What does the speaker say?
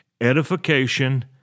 edification